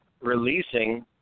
releasing